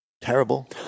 terrible